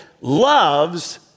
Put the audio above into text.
loves